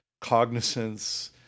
cognizance